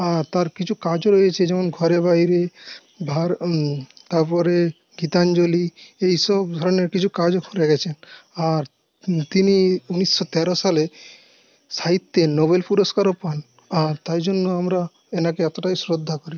আর তার কিছু কাজও রয়েছে যেমন ঘরে বাইরে তারপরে গীতাঞ্জলি এইসব ধরনের কিছু কাজও করে গেছেন আর তিনি উনিশশো তেরো সালে সাহিত্যে নোবেল পুরস্কারও পান আর তাই জন্য আমরা ওনাকে এতটাই শ্রদ্ধা করি